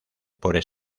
por